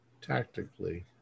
tactically